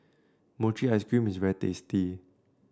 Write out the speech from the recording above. Mochi Ice Cream is very tasty